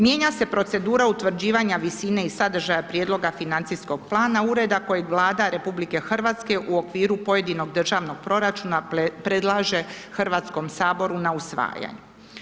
Mijenja se procedura utvrđivanja visine i sadržaja prijedloga financijskog plana ureda kojeg Vlada RH u okviru pojedinog državnog proračuna predlaže HS na usvajanje.